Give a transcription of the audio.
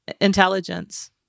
intelligence